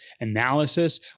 analysis